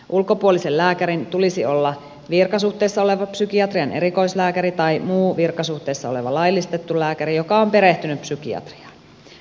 ulkopuolisen lääkärin tulisi olla virkasuhteessa oleva psykiatrian erikoislääkäri tai muu virkasuhteessa oleva laillistettu lääkäri joka on perehtynyt psykiatriaan